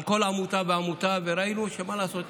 כל עמותה ועמותה, וראינו, מה לעשות?